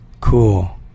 Cool